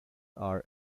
are